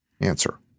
answer